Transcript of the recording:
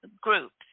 groups